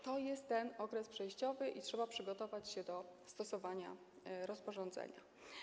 To jest ten okres przejściowy i trzeba przygotować się do stosowania rozporządzenia.